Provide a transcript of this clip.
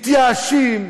מתייאשים,